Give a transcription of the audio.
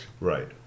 Right